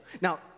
Now